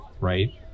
right